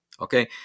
okay